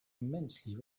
immensely